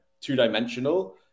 two-dimensional